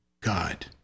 God